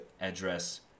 address